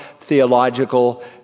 Theological